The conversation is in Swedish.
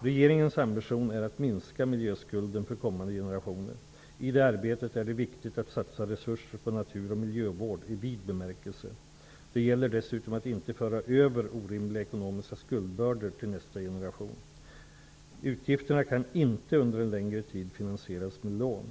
Regeringens ambition är att minska miljöskulden för kommande generationer. I det arbetet är det viktigt att satsa resurser på natur och miljövård i vid bemärkelse. Det gäller dessutom att inte föra över orimliga ekonomiska skuldbördor till nästa generation. Utgifterna kan inte under en längre tid finansieras med lån.